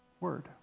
word